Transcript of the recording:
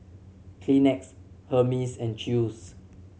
Kleenex Hermes and Chew's